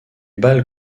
balles